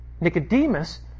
Nicodemus